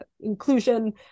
inclusion